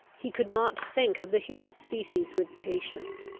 he could not think of the human species with patience.